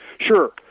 Sure